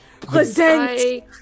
Present